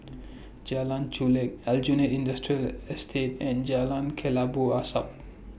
Jalan Chulek Aljunied Industrial Estate and Jalan Kelabu Asap